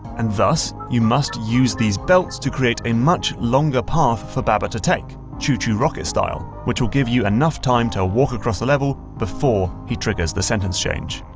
and thus, you must use these belts to create a much longer path for baba to take, chu chu rocket style, which will give you enough time to walk across the level before he triggers the sentence change.